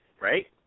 Right